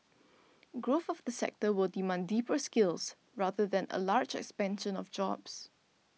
growth of the sector will demand deeper skills rather than a large expansion of jobs